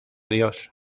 dios